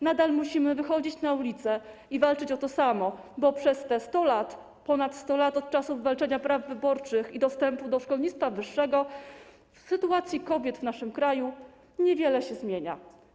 Nadal musimy wychodzić na ulice i walczyć o to samo, bo przez te 100 lat, ponad 100 lat od czasu wywalczenia praw wyborczych i dostępu do szkolnictwa wyższego w sytuacji kobiet w naszym kraju niewiele się zmienia.